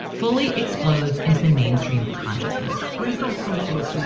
fully explodes into the mainstream consciousness please don't come close. you know